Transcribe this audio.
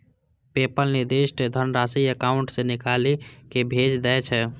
PayPal निर्दिष्ट धनराशि account सं निकालि कें भेज दै छै